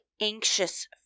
anxious